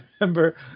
remember